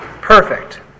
perfect